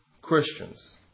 Christians